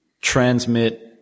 transmit